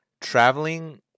traveling